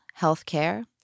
healthcare